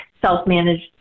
self-managed